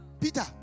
Peter